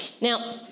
Now